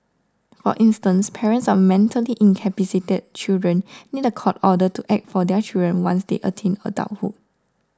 for instance parents of mentally incapacitated children need a court order to act for their children once they attain adulthood